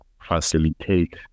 facilitate